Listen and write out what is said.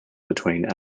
between